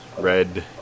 red